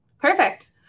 perfect